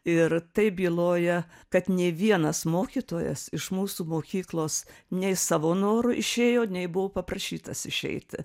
ir tai byloja kad nė vienas mokytojas iš mūsų mokyklos nei savo noru išėjo nei buvo paprašytas išeiti